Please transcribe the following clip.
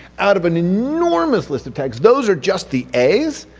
out of an enormous list of tags those are just the a's,